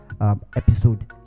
Episode